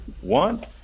one